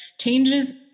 changes